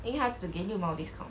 因为它只给六毛 discount